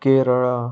Kerala